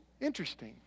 Interesting